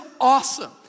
awesome